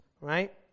right